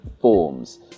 forms